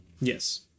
Yes